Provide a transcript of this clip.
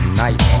night